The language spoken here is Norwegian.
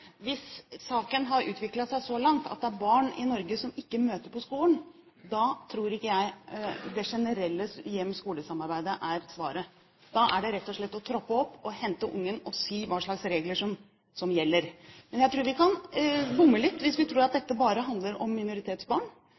Hvis saken har utviklet seg så langt at det er barn i Norge som ikke møter på skolen, tror ikke jeg det generelle hjem–skole-samarbeidet er svaret. Da er det rett og slett å troppe opp og hente ungen og si hva slags regler som gjelder. Jeg tror vi kan bomme litt hvis vi tror at dette bare handler om minoritetsbarn.